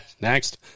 next